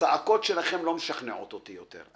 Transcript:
הצעקות שלכם לא משכנעות אותי יותר.